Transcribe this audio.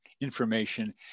information